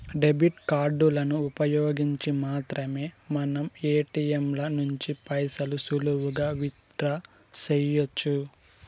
debit కార్డులను ఉపయోగించి మాత్రమే మనం ఏటియంల నుంచి పైసలు సులువుగా విత్ డ్రా సెయ్యొచ్చు